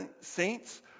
saints